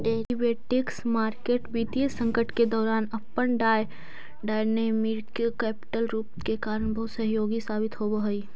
derivatives market वित्तीय संकट के दौरान अपन डायनेमिक कैपिटल रूप के कारण बहुत सहयोगी साबित होवऽ हइ